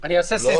אני אעשה פה סדר.